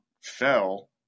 fell